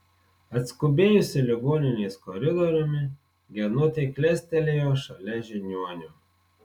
atskubėjusi ligoninės koridoriumi genutė klestelėjo šalia žiniuonio